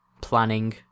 planning